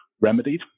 remedied